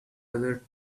other